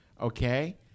Okay